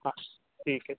हां ठीक आहे